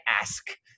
ask